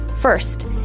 First